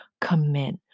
commit